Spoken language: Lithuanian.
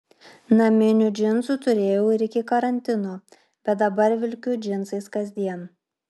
naminių džinsų turėjau ir iki karantino bet dabar vilkiu džinsais kasdien